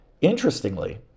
Interestingly